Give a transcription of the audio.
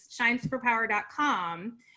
shinesuperpower.com